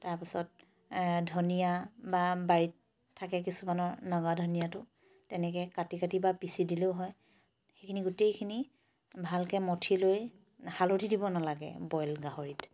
তাৰপিছত ধনিয়া বা বাৰিত থাকে কিছুমানৰ নগা ধনিয়াটো তেনেকেই কাটি কাটি বা পিচি দিলেও হয় সেইখিনি গোটেইখিনি ভালকৈ মঠি লৈ হালধি দিব নালাগে বইল গাহৰিত